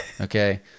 Okay